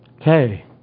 Okay